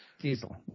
Diesel